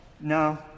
No